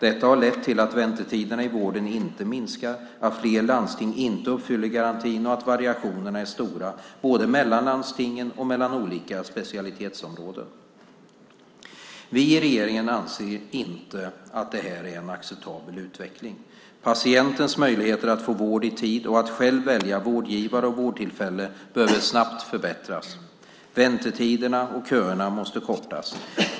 Detta har lett till att väntetiderna i vården inte minskar, att flera landsting inte uppfyller garantin och att variationerna är stora, både mellan landstingen och mellan olika specialitetsområden. Vi i regeringen anser inte att detta är en acceptabel utveckling. Patientens möjligheter att få vård i tid och att själv välja vårdgivare och vårdtillfälle behöver snabbt förbättras. Väntetiderna och köerna måste kortas.